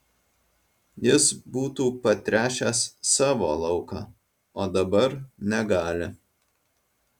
jis būtų patręšęs savo lauką o dabar negali